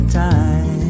time